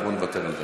אז בוא נוותר על זה.